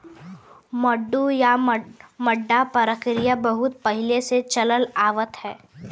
मड्डू या मड्डा परकिरिया बहुत पहिले से चलल आवत ह